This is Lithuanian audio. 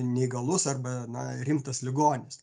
neįgalus arba na rimtas ligonis